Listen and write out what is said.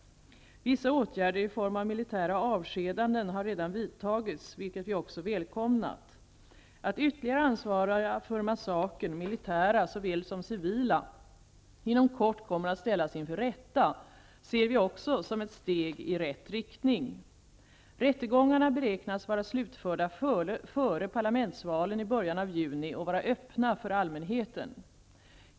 Vissa åtgärder i form av militära avskedanden har redan vidtagits, vilket vi också välkomnat. Att ytterligare ansvariga för massakern, militära såväl som civila, inom kort kommer att ställas inför rätta ser vi också som ett steg i rätt riktning. Rättegångarna beräknas vara slutförda före parlamentsvalen i början av juni och vara öppna för allmänheten.